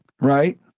right